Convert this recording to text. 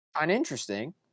uninteresting